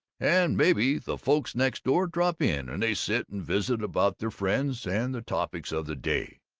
and maybe the folks next-door drop in and they sit and visit about their friends and the topics of the day.